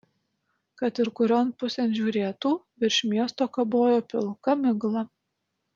kad ir kurion pusėn žiūrėtų virš miesto kabojo pilka migla